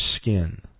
skin